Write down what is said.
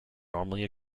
normally